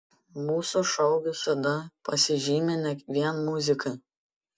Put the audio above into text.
mūsų šou visada pasižymi ne vien muzika